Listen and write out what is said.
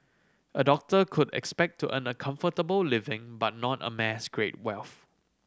a doctor could expect to earn a comfortable living but not amass great wealth